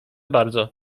bardzo